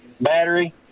Battery